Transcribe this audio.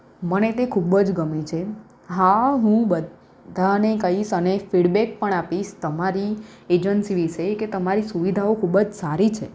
મને તે ખૂબ જ ગમે છે હા હું બધાને કહીશ અને ફિડબેક પણ આપીશ તમારી એજન્સી વિશે કે તમારી સુવિધાઓ ખૂબ જ સારી છે